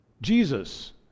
Jesus